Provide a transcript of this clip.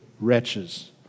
wretches